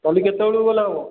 କାଲି କେତେବେଳକୁ ଗଲେ ହେବ